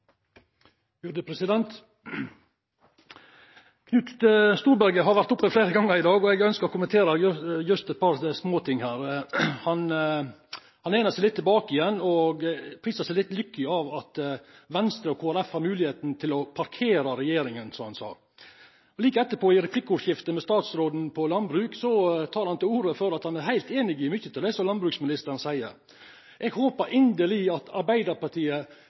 Knut Storberget har vore oppe fleire gonger i dag, og eg ønskjer å kommentera just eit par små ting her. Han lente seg litt tilbake igjen, og priste seg litt lykkeleg for at Venstre og Kristeleg Folkeparti har moglegheit til å parkera regjeringa, som han sa. Like etterpå, i replikkordskiftet med statsråden for landbruk, tok han til orde for at han er heilt einig i mykje av det som landbruksministeren seier. Eg håpar inderleg at Arbeidarpartiet